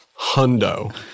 hundo